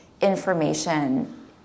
information